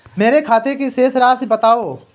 मेरे खाते की शेष राशि बताओ?